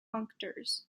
functors